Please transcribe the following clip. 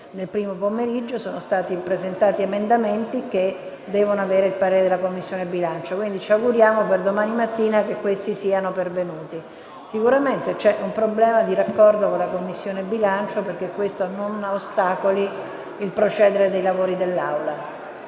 nel primo pomeriggio. Poi sono stati presentati emendamenti che devono avere il parere della Commissione bilancio; ci auguriamo che, per domattina, questi siano pervenuti. Sicuramente c'è un problema di raccordo con la Commissione bilancio perché questa non ostacoli il procedere dei lavori dell'Assemblea.